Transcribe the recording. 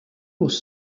was